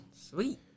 Sweet